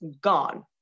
gone